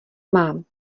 mám